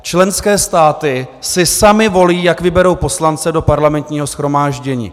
Členské státy si samy volí, jak vyberou poslance do Parlamentního shromáždění.